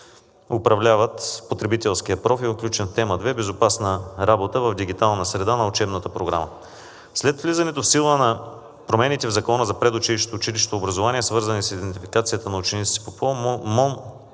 управляват потребителския профил, включен в тема 2 – „Безопасна работа в дигитална среда“, на учебната програма. След влизането в сила на промените в Закона за предучилищното и училищното образование, свързани с идентификацията на учениците, МОН